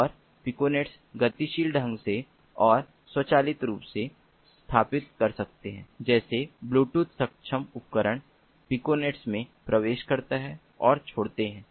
और पिकोनेट गतिशील ढंग से और स्वचालित रूप से स्थापित कर सकते हैं गतिशील ढंग जैसा ब्लूटूथ सक्षम उपकरण पीकनेट्स में प्रवेश करते हैं और छोड़ते हैं